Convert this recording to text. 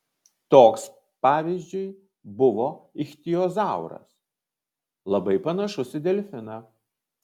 toks pavyzdžiui buvo ichtiozauras labai panašus į delfiną